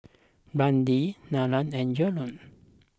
Brandi Nina and Jerrel